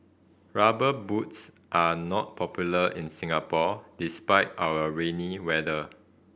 Rubber Boots are not popular in Singapore despite our rainy weather